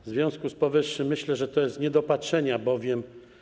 W związku z powyższym myślę, że to jest niedopatrzenie.